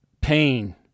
pain